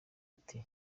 ati